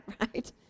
right